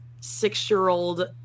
six-year-old